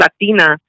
Latina